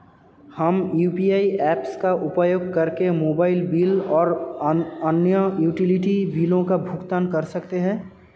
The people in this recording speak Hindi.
हम यू.पी.आई ऐप्स का उपयोग करके मोबाइल बिल और अन्य यूटिलिटी बिलों का भुगतान कर सकते हैं